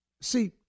See